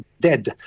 dead